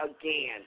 again